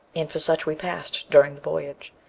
and for such we passed during the voyage.